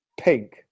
Pink